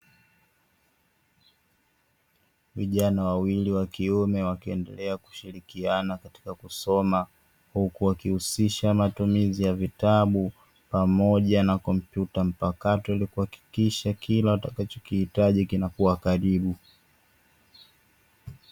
Vijana wawili wakiume wakiendelea kushirikiana katika kusoma huku wakihusisha matumizi ya vitabu, pamoja na kompyuta mpakato ili kuweza kuhakikisha kila watakachokihitaji kinakua karibu.